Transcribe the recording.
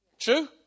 True